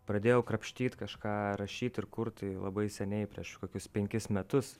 pradėjau krapštyt kažką rašyt ir kurti labai seniai prieš kokius penkis metus